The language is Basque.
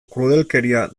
krudelkeria